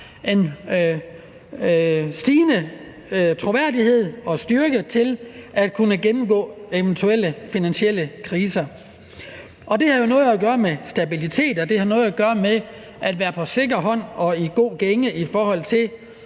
en stigende troværdighed og styrke til at kunne gå igennem eventuelle finansielle kriser. Det har noget at gøre med stabilitet, og det har noget at gøre med at være på sikker grund og i god gænge i forhold til